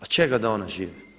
Od čega da ona živi?